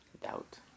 Doubt